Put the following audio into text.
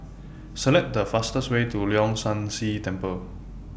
Select The fastest Way to Leong San See Temple